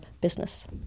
business